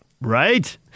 Right